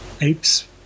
apes